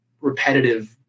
repetitive